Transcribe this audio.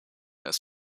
ist